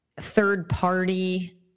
third-party